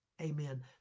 Amen